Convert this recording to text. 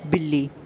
ਬਿੱਲੀ